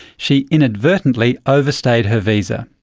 she inadvertently overstayed her visa.